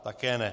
Také ne.